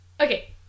okay